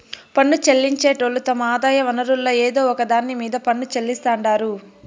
పన్ను చెల్లించేటోళ్లు తమ ఆదాయ వనరుల్ల ఏదో ఒక దాన్ని మీద పన్ను చెల్లిస్తాండారు